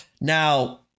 now